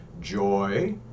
joy